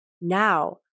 Now